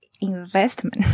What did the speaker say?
investment